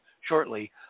shortly